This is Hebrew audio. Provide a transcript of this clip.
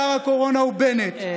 שר הקורונה הוא בנט,